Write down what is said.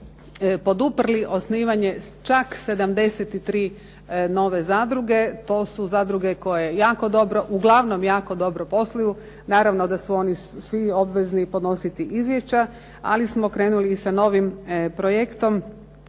poduprli osnivanje čak 73 nove zadruge. To su zadruge koje jako dobro, uglavnom jako dobro posluju. Naravno da su oni svi obvezni podnositi izvješća. Ali smo krenuli i sa novim projektom